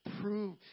Prove